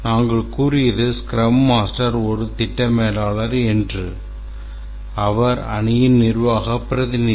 நாங்கள் கூறியது scrum master ஒரு திட்ட மேலாளர் என்று அவர் அணியின் நிர்வாக பிரதிநிதி